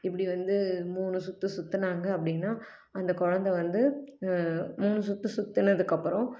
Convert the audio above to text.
இப்படி வந்து மூணு சுற்று சுற்றுனாங்க அப்படின்னா அந்த குழந்த வந்து மூணு சுற்று சுற்றுனதுக்கப்பறம்